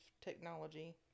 technology